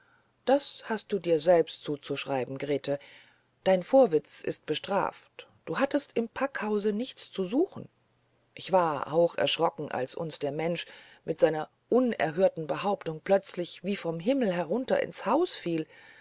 das hast du dir selbst zuzuschreiben grete dein vorwitz ist bestraft du hattest im packhause nichts zu suchen ich war auch erschrocken als uns der mensch mit seiner unerhörten behauptung plötzlich wie vom himmel herunter ins haus fiel